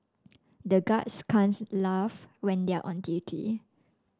the guards can't laugh when they are on duty